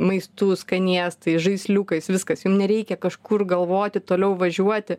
maistu skanėstais žaisliukais viskas jum nereikia kažkur galvoti toliau važiuoti